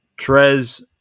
trez